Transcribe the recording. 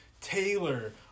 Taylor